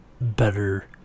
better